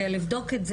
בדיוק.